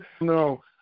No